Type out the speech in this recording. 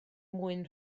mwyn